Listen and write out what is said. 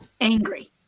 angry